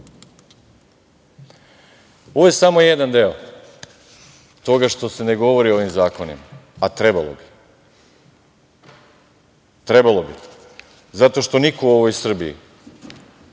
je samo jedan deo toga što se ne govori o ovim zakonima, a trebalo bi. Trebalo bi zato što niko u ovoj Srbiji